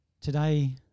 Today